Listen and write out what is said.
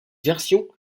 version